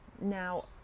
now